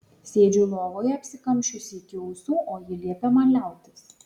sėdžiu lovoje apsikamšiusi iki ausų o ji liepia man liautis